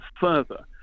further